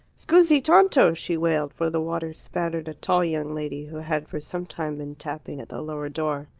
scusi tanto! she wailed, for the water spattered a tall young lady who had for some time been tapping at the lower door.